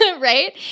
right